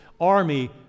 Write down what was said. army